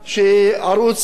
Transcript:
אומנם זה מאוחר,